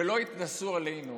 שלא יתנשאו עלינו